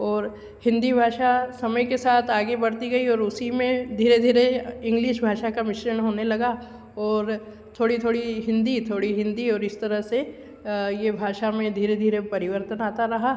और हिन्दी भाषा समय के साथ आगे बढ़ती गई और उसी में धीरे धीरे इंग्लिश भाषा का मिश्रण होने लगा और थोड़ी थोड़ी हिन्दी थोड़ी हिन्दी और इस तरह से ये भाषा में धीरे धीरे परिवर्तन आता रहा